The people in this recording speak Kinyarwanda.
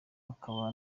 akaba